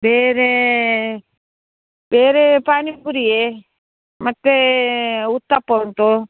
ಬೇರೆ ಬೇರೆ ಪಾನಿಪುರಿಯೇ ಮತ್ತು ಉತ್ತಪ್ಪ ಉಂಟು